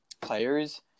players